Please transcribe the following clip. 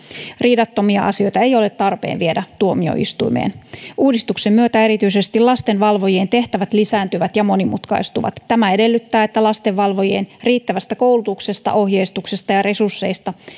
riidattomia asioita ei ole tarpeen viedä tuomioistuimeen uudistuksen myötä erityisesti lastenvalvojien tehtävät lisääntyvät ja monimutkaistuvat tämä edellyttää että lastenvalvojien riittävästä koulutuksesta ohjeistuksesta ja resursseista